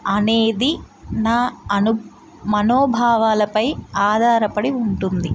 అనేది నా అను మనోభావాలపై ఆధారపడి ఉంటుంది